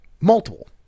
multiple